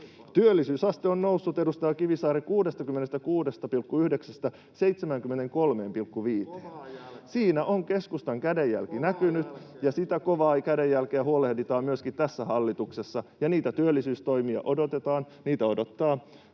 Työllisyysaste on noussut, edustaja Kivisaari, 66,9:stä 73,5:een. [Pasi Kivisaari: Kovaa jälkeä!] Siinä on keskustan kädenjälki näkynyt, ja siitä kovasta kädenjäljestä huolehditaan myöskin tässä hallituksessa, ja niitä työllisyystoimia odotetaan.